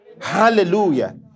Hallelujah